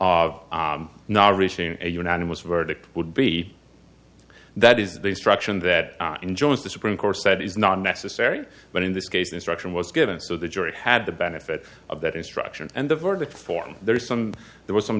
of not reaching a unanimous verdict would be that is the instruction that enjoins the supreme court said is not necessary but in this case instruction was given so the jury had the benefit of that instruction and the verdict form there is some there was some